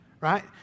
right